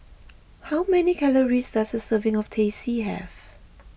how many calories does a serving of Teh C have